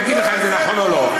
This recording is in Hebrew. הוא יגיד לך אם זה נכון או לא.